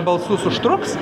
balsus užtruks